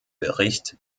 bericht